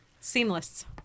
Seamless